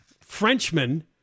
Frenchman